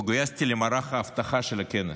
וגויסתי למערך האבטחה של הכנס,